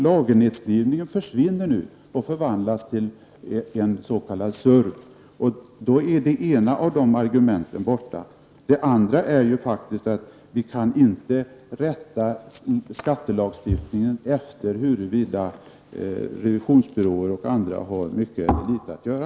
Lagernedskrivningen försvinner nu och förvandlas till en s.k. SURV. Då är det ena av de argumenten borta. Det andra är faktiskt att vi inte kan rätta skattelagstiftningen efter huruvida revisionsbyråer och andra har litet att göra.